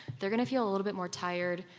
they're going to feel a little bit more tired,